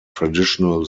traditional